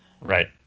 Right